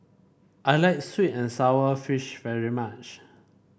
I like sweet and sour fish very much